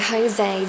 Jose